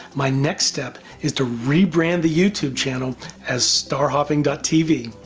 my next step is to rebrand the youtube channel as starhopping tv,